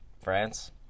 France